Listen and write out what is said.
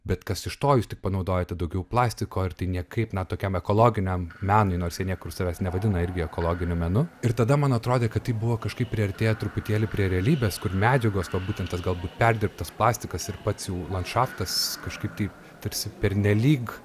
bet kas iš to jūs tik panaudojate daugiau plastiko ir tai niekaip na tokiam ekologiniam menui nors jie niekur savęs nevadina irgi ekologiniu menu ir tada man atrodė kad tai buvo kažkaip priartėję truputėlį prie realybės kur medžiagos va būtent tas galbūt perdirbtas plastikas ir pats jau landšaftas kažkaip tai tarsi pernelyg